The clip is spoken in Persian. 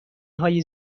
های